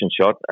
shot